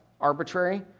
arbitrary